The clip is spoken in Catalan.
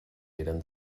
eren